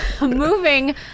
Moving